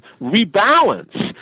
rebalance